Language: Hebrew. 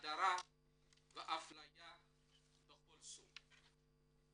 הדרה ואפליה בכל סוג".